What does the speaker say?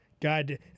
God